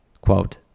Quote